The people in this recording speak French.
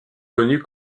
connu